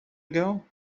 ago